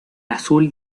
azul